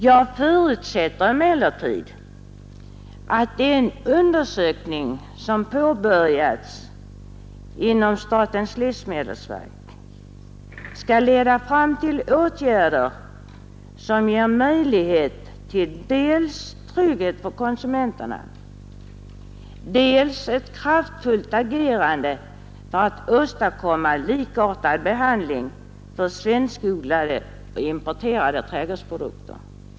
Jag förutsätter emellertid att den undersökning som påbörjats inom statens livsmedelsverk skall leda fram till dels åtgärder som ger trygghet åt konsumenterna, dels ett kraftfullt agerande för att åstadkomma likartad behandling av svenskodlade och importerade trädgårdsprodukter.